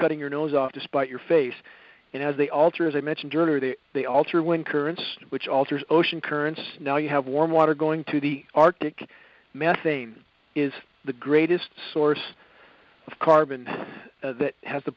cutting your nose off to spite your face and as they alter as i mentioned earlier they they alter wind currents which alters ocean currents now you have warm water going to the arctic methane is the greatest source of carbon that has the